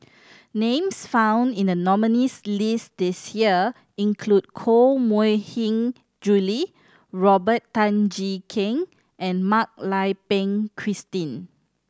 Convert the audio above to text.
names found in the nominees' list this year include Koh Mui Hin Julie Robert Tan Jee Keng and Mak Lai Peng Christine